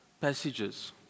passages